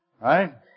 Right